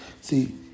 See